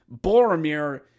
Boromir